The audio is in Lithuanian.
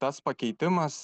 tas pakeitimas